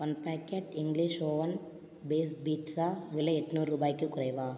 one packet English oven base pizza விலை எட்னூறு ரூபாய்க்குக் குறைவா